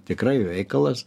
tikrai veikalas